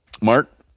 Mark